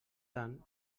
tant